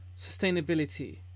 sustainability